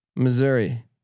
Missouri